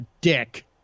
Dick